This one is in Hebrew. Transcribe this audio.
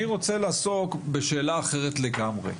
אני רוצה לעסוק בשאלה אחרת לגמרי,